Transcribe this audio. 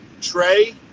Trey